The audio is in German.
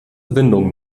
windung